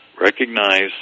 recognize